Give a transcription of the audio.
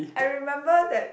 I remember that